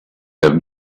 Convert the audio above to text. have